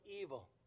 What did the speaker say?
evil